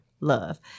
love